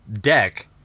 deck